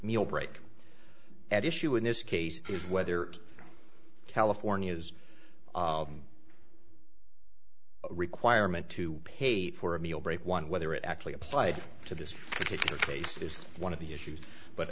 meal break at issue in this case is whether california is a requirement to pay for a meal break one whether it actually applied to this particular case is one of the issues but